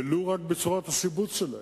ולו רק בצורת השיבוץ שלהן.